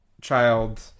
child